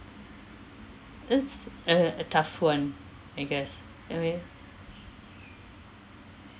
it's a a tough [one] I guess I mean